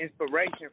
inspiration